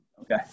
Okay